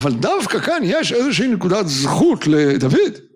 אבל דווקא כאן יש איזושהי נקודת זכות לדויד.